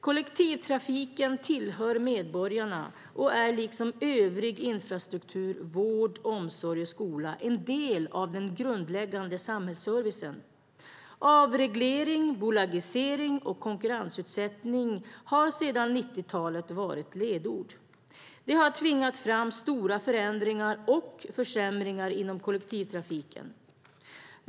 Kollektivtrafiken tillhör medborgarna och är liksom övrig infrastruktur, vård, omsorg och skola en del av den grundläggande samhällsservicen. Avreglering, bolagisering och konkurrensutsättning har sedan 90-talet varit ledord. Det har tvingat fram stora förändringar och försämringar inom kollektivtrafiken.